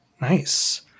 nice